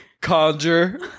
conjure